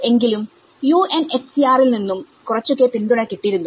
എങ്കിലും UNHCR ൽ നിന്നും കുറച്ചൊക്കെ പിന്തുണ കിട്ടിയിരുന്നു